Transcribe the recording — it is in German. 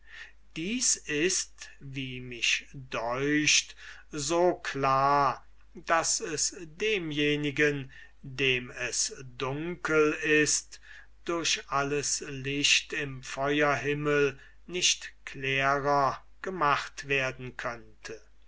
dies ist wie mich deucht so klar daß es demjenigen dem es dunkel ist durch alles licht im feuerhimmel nicht klärer gemacht werden könnte